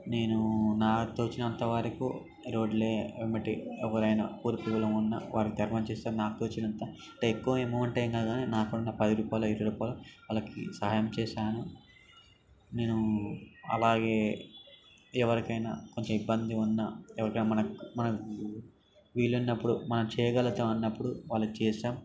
నేను నా తోచినంత వరకు రోడ్లే ఎమ్మటే ఎవరైనా పూర్ పీపుల్ ఉన్న వారికి ధర్మం చేస్తాను నాకు తోచినంత అంటే ఎక్కువ ఎమౌంట్ ఏం కాదు కానీ నా దగ్గర ఉన్న పది రూపాయలు ఇరవై రూపాయలు వాళ్ళకి సాయం చేసాను నేను అలాగే ఎవరికైనా కొంచెం ఇబ్బంది ఉన్నా ఎవరికన్నా మనకి మనకి వీలున్నప్పుడు మనం చేయగలుగుతాము అన్నప్పుడు వాళ్ళకు చేస్తాము